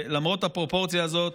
למרות הפרופורציה הזאת,